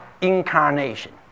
incarnation